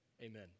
amen